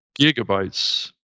gigabytes